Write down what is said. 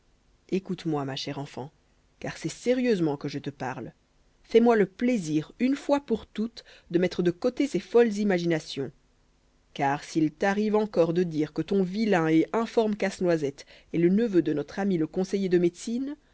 écoute-moi ma chère enfant car c'est sérieusement que je te parle fais-moi le plaisir une fois pour toutes de mettre de côté ces folles imaginations car s'il t'arrive encore de dire que ton vilain et informe casse-noisette est le neveu de notre ami le conseiller de médecine